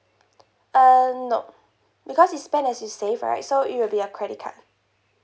uh no because is spend as you save right so it will be a credit card